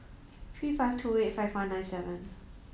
three five two eight five one nine seven